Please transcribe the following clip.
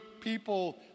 people